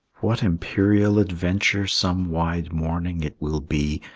what imperial adventure some wide morning it will be,